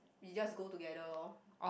we just go together lor